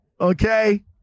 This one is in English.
okay